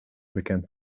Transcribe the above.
bekend